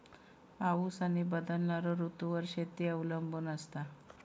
पाऊस आणि बदलणारो ऋतूंवर शेती अवलंबून असता